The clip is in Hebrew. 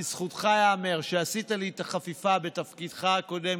לזכותך ייאמר שעשית לי את החפיפה בתפקידך הקודם,